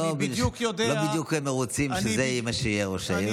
הם לא בדיוק מרוצים מכך שזה מי שיהיה ראש העיר,